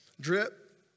Drip